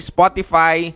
Spotify